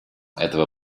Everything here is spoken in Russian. этого